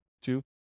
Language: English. Two